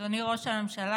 אדוני ראש הממשלה,